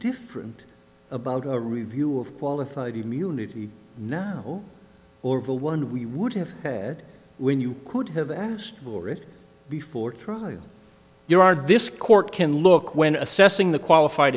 different about a review of qualified immunity now or one we would have had when you could have asked for it before trial you are this court can look when assessing the qualified